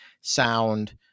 sound